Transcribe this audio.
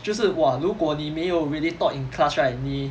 就是 !wah! 如果你没有 really talk in class right 你